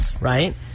right